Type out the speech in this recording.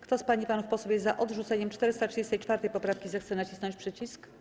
Kto z pań i panów posłów jest za odrzuceniem 434. poprawki, zechce nacisnąć przycisk.